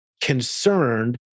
concerned